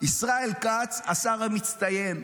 ישראל כץ השר המצטיין.